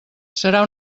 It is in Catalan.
serà